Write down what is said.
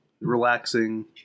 relaxing